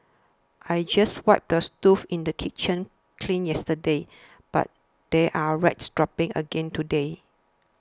I just wiped the stove in the kitchen clean yesterday but there are rat droppings again today